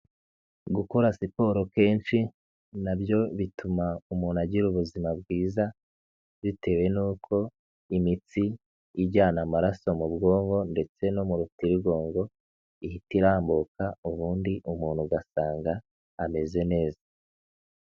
Gukora siporo kenshi na byo bituma umuntu agira ubuzima bwiza bitewe n'uko imitsi ijyana amaraso mu bwonko ndetse no mu rutirigongo, ihita irambuka ubundi umuntu ugasanga ameze neza.